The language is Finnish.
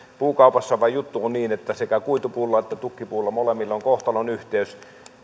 puukaupassa vain juttu on niin että sekä kuitupuulla että tukkipuulla molemmilla on kohtalonyhteys